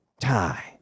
tie